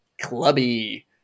clubby